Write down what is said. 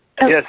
Yes